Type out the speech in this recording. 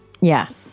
Yes